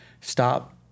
stop